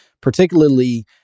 Particularly